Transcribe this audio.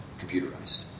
computerized